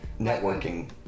networking